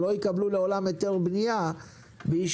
הם לא יקבלו לעולם היתר בנייה ביישוב